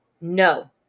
no